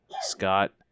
Scott